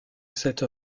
cette